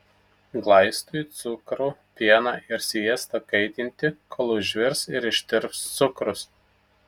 glaistui cukrų pieną ir sviestą kaitinti kol užvirs ir ištirps cukrus